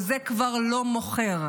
וזה כבר לא מוכר.